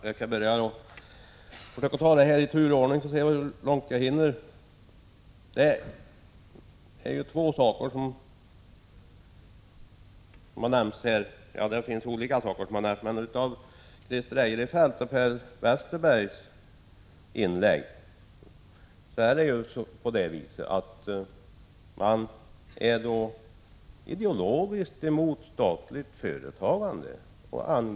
Fru talman! Jag får ta det här i tur och ordning, så får vi se hur långt jag hinner. Det är framför allt två saker som jag vill bemöta i Christer Eirefelts och Per Westerbergs inlägg. De är ideologiskt emot statligt företagande.